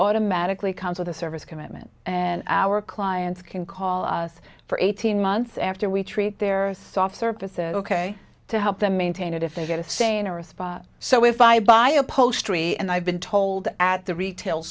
automatically comes with a service commitment and our clients can call us for eighteen months after we treat their soft surfaces ok to help them maintain a definitive say in or a spot so if i buy upholstery and i've been told at the retail